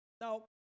Now